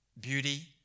beauty